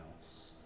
else